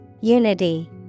Unity